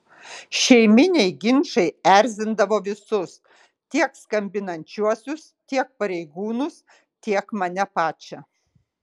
šeiminiai ginčai erzindavo visus tiek skambinančiuosius tiek pareigūnus tiek mane pačią